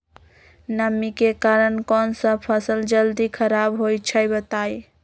नमी के कारन कौन स फसल जल्दी खराब होई छई बताई?